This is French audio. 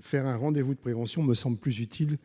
faire un rendez vous de prévention me semble plus utile